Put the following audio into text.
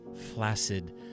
flaccid